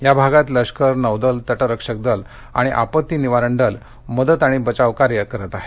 या भागात लष्कर नौदल तटरक्षक दल आणि आपत्ती निवारण दल मदत आणि बचाव कार्य राबवत आहे